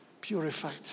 purified